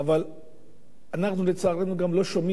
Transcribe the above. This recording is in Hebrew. אבל אנחנו, לצערנו, גם לא שומעים